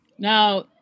Now